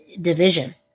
division